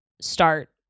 start